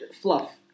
fluff